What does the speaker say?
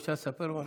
אפשר לספר משהו?